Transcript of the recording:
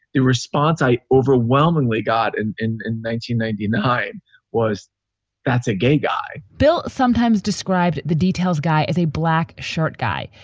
the response i overwhelmingly got and in in nineteen ninety nine was that's a gay guy bill sometimes described the details guy as a black short guy,